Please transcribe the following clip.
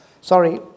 sorry